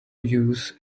use